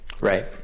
Right